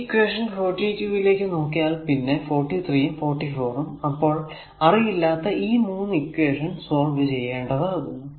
ഈ ഇക്വേഷൻ 42 ലേക്ക് നോക്കിയാൽ പിന്നെ 43 യും 44 അപ്പോൾ അറിയില്ലാത്ത ഈ 3 ഇക്വേഷൻ സോൾവ് ചെയ്യേണ്ടതാകുന്നു